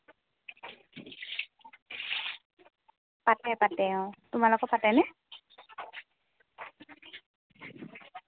পাতে পাতে অঁ তোমালোকৰ পাতেনে